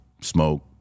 smoke